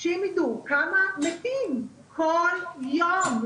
שאם ידעו כמה מתים כל יום,